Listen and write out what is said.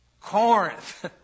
Corinth